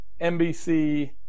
NBC